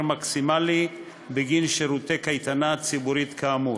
מקסימלי בגין שירותי קייטנה ציבורית כאמור.